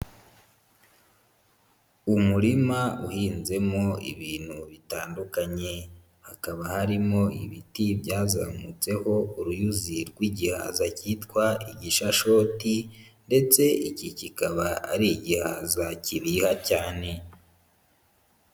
Umurima uhinzemo ibintu bitandukanye, hakaba harimo ibiti byazamutseho uruyuzi rw'igihaza cyitwa igishashoti ndetse iki kikaba ari igihaza kibiha cyane.